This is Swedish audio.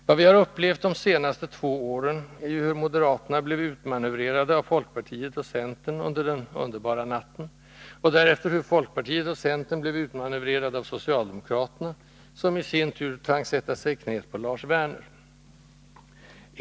Vad vi har upplevt de senaste två åren är ju hur moderaterna blev utmanövrerade av folkpartiet och centern under den underbara natten, och därefter hur folkpartiet och centern blev utmanövrerade av socialdemokraterna, som i sin tur tvangs sätta sig i knät på Lars Werner.